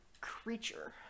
creature